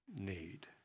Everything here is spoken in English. need